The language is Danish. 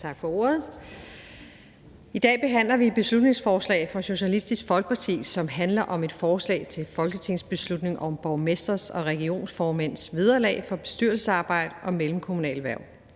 Tak for ordet. I dag behandler vi et forslag fra Socialistisk Folkeparti, som er et forslag til folketingsbeslutning om borgmestres og regionsrådsformænds vederlag for bestyrelsesarbejde og mellemkommunale hverv.